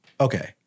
okay